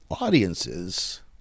audiences